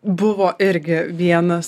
buvo irgi vienas